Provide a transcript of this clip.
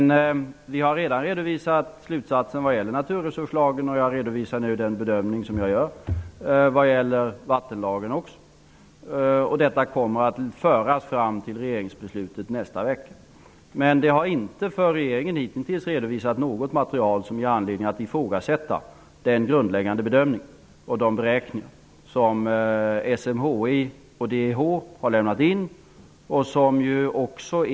Vi har redan redovisat slutsatsen vad gäller naturresurslagen, och jag redovisar nu också den bedömning jag gör vad gäller vattenlagen. Detta kommer att föra fram till regeringsbeslutet nästa vecka. Det har inte för regeringen hittills redovisats något material som ger anledning att ifrågasätta den grundläggande bedömningen och de beräkningar som SMHI och DHI har lämnat in.